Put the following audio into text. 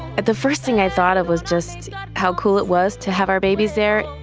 and the first thing i thought of was just how cool it was to have our babies there.